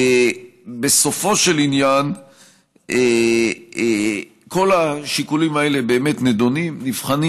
בסופו של עניין כל השיקולים האלה באמת נדונים נבחנים.